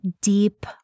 deep